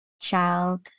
child